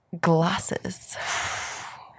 glasses